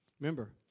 Remember